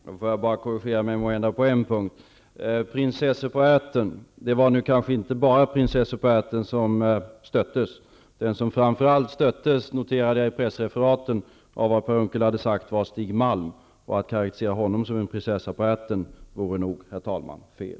Herr talman! Får jag bara korrigera mig litet på en punkt. Det kanske inte bara var prinsessor på ärten som blev stötta. Jag noterade i pressreferaten av vad Per Unckel hade sagt att den person som blev mest stött var Stig Malm. Att karakterisera honom som prinsessan på ärten vore nog, herr talman, fel.